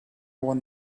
want